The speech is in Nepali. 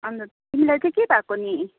अन्त तिमीलाई चाहिँ के भएको नि